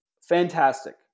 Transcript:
fantastic